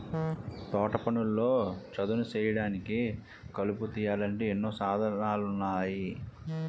తోటపనుల్లో చదును సేయడానికి, కలుపు తీయాలంటే ఎన్నో సాధనాలున్నాయి